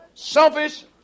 Selfish